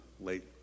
late